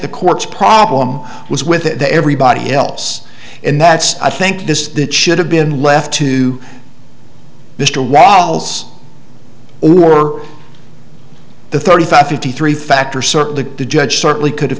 the court's problem was with the everybody else and that's i think this that should have been left to mr wattles or the thirty five fifty three factor certainly to judge certainly could have